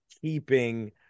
keeping